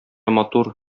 матур